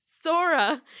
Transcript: Sora